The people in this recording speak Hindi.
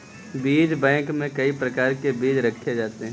बीज बैंक में कई प्रकार के बीज रखे जाते हैं